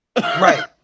right